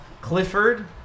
Clifford